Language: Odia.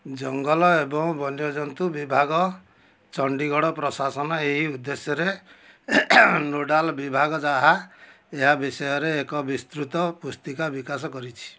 ଜଙ୍ଗଲ ଏବଂ ବନ୍ୟଜନ୍ତୁ ବିଭାଗ ଚଣ୍ଡିଗଡ଼ ପ୍ରଶାସନ ଏହି ଉଦ୍ଦେଶ୍ୟରେ ନୋଡ଼ାଲ୍ ବିଭାଗ ଯାହା ଏହା ବିଷୟରେ ଏକ ବିସ୍ତୃତ ପୁସ୍ତିକା ବିକାଶ କରିଛି